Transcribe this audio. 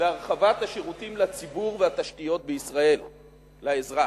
הרחבת השירותים לציבור והתשתיות בישראל לאזרח,